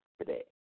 today